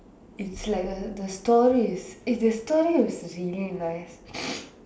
it's like a the story is eh the story is really nice